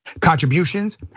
contributions